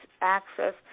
access